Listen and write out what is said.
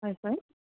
হয় হয়